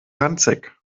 ranzig